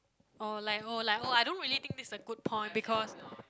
or like or like I don't really think this a good point because